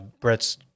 Brett's